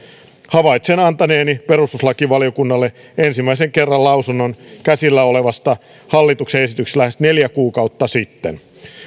havaitsen antaneeni perustuslakivaliokunnalle ensimmäisen kerran lausunnon käsillä olevasta hallituksen esityksestä lähes neljä kuukautta sitten